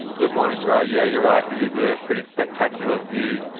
good morning ro, yeah you're right it is a pretty spectacular view.